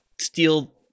steal